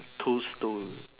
two stone